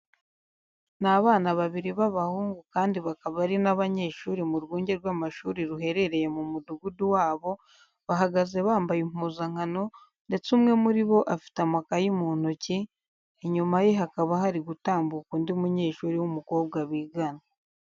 Ni abana babiri b'abahungu kandi bakaba ari n'abanyeshuri mu rwunge rw'amashuri ruherereye mu mudugudu wabo, bahagaze bambaye impuzankano ndetse umwe muri bo afite amakaye mu ntoki, inyuma ye hakaba hari gutambuka undi munyeshuri w'umukobwa bigana.